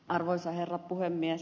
arvoisa herra puhemies